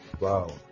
wow